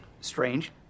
Strange